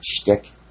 shtick